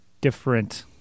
different